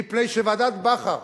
מפני שוועדת-בכר,